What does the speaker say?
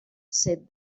said